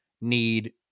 need